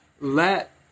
Let